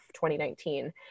2019